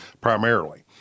primarily